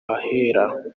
ahera